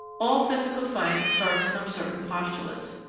all physical science starts from certain postulates.